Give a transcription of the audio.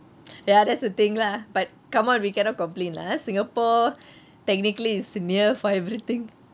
ya that's the thing lah but come out we cannot complain lah singapore technically it's near for everything